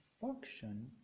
function